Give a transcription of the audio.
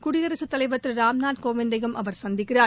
குடியரசுத் தலைவர் திரு ராம்நாத் கோவிந்தையும் அவர் சந்திக்கிறார்